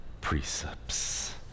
precepts